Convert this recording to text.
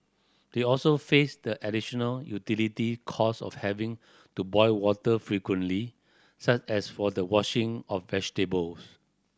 they also faced the additional utilities cost of having to boil water frequently such as for the washing of vegetables